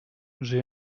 j’ai